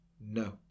No